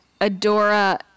Adora